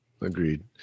Agreed